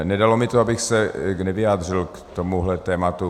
Nedalo mi to, abych se nevyjádřil k tomuhle tématu.